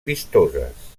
vistoses